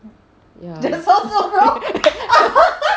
ya